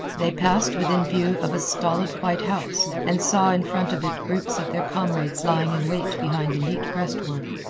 they passed within view of a stolid white house, and saw in front of it groups of their comrades lying in wait behind a neat breastwork.